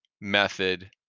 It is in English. method